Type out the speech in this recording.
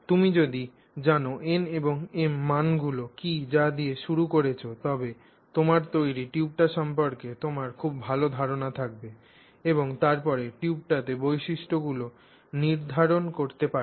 তুমি যদি জান n এবং m মানগুলি কী যা দিয়ে শুরু করেছ তবে তোমার তৈরি টিউবটি সম্পর্কে তোমার খুব ভাল ধারণা থাকবে এবং তারপরে টিউবটিতে বৈশিষ্ট্যগুলি নির্ধারণ করতে পারবে